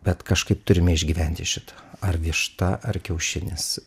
bet kažkaip turime išgyventi šitą ar višta ar kiaušinis